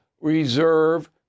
reserve